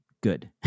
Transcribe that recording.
good